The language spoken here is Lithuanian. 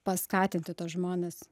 paskatinti tuos žmones